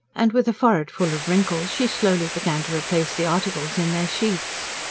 and with a forehead full of wrinkles she slowly began to replace the articles in their sheaths.